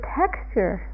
texture